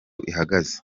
ihagaze